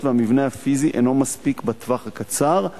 והמבנה הפיזי אינו מספיק בטווח הקצר,